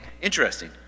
interesting